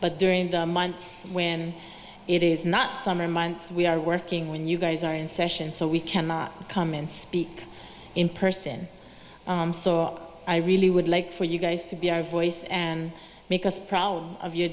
but during the months when it is not summer months we are working when you guys are in session so we cannot come and speak in person so i really would like for you guys to be our voice and make us proud of your